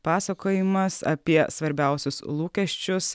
pasakojimas apie svarbiausius lūkesčius